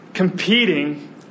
Competing